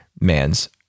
man's